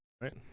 right